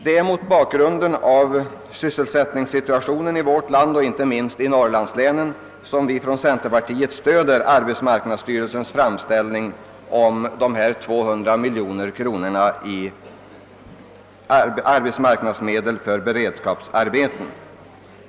Det är mot bakgrunden av sysselsättningssituationen i vårt land, inte minst i norrlandslänen, som vi från centerpartiet stöder arbetsmarknadsstyrelsens framställning om ytterligare 200 miljoner kronor i arbetsmarknadsmedel för beredskapsarbeten.